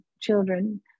children